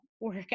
work